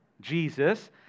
Jesus